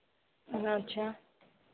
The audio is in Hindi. अच्छा